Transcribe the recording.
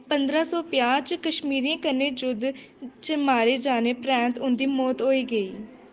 पंदरां सौ प'ञां च कश्मीरियें कन्नै युद्ध च मारे जाने परैंत्त उं'दी मौत होई गेई